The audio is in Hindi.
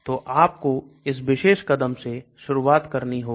तो आपको इस विशेष कदम से शुरुआत करनी होगी